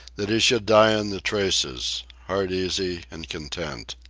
that he should die in the traces, heart-easy and content.